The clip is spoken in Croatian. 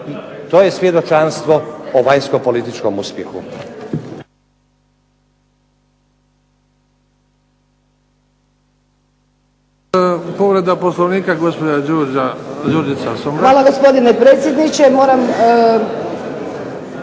To je svjedočanstvo o vanjsko-političkom uspjehu.